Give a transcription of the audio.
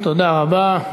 תודה רבה.